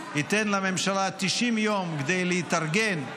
ייתן לממשלה 90 יום כדי להתארגן,